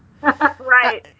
Right